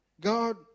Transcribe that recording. God